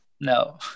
no